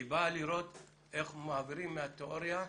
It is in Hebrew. אני חושבת שמגיע לנו יותר.